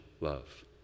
love